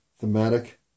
thematic